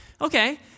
okay